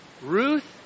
Ruth